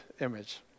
image